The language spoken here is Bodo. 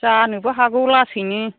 जानोबो हागौ लासैनो